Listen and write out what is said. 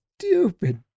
stupid